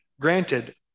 granted